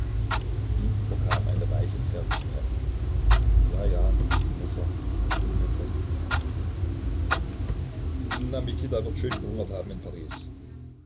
ihn überkam eine weiche zärtlichkeit ja ja die mutter die mutter na mikita wird schön gehungert haben in paris